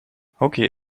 hockey